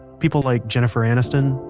people like jennifer aniston,